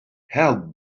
how